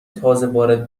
تازهوارد